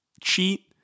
cheat